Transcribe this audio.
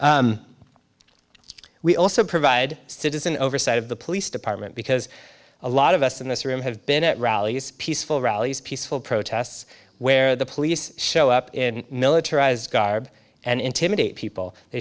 e we also provide citizen oversight of the police department because a lot of us in this room have been at rallies peaceful rallies peaceful protests where the police show up in militarized garb and intimidate people they